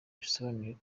bisobanuye